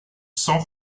sans